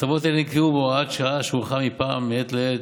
ההטבות האלה נקבעו בהוראת שעה שהוארכה מעת לעת.